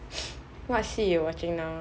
what 戏 you watching now